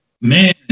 Man